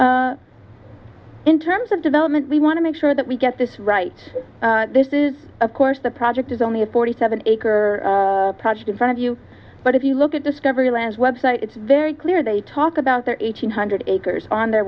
the in terms of development we want to make sure that we get this right this is of course the project is only a forty seven acre project in front of you but if you look at discovery lands website it's very clear they talk about their eight hundred acres on their